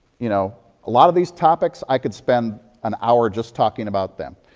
you know, a lot of these topics i could spend an hour just talking about them.